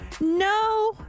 No